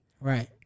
Right